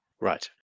Right